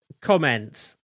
comment